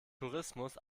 tourismus